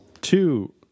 two